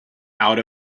out